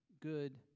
good